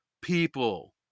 people